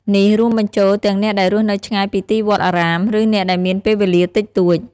នេះរួមបញ្ចូលទាំងអ្នកដែលរស់នៅឆ្ងាយពីទីវត្តអារាម ឬអ្នកដែលមានពេលវេលាតិចតួច។